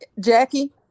Jackie